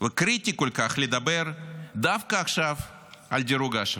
וקריטי כל כך לדבר דווקא עכשיו על דירוג האשראי.